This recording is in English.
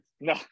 No